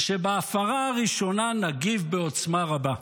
ושבהפרה הראשונה נגיב בעוצמה רבה.